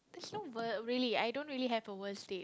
there's no ver~ really I don't really have a worst date